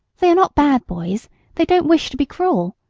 they are not bad boys they don't wish to be cruel.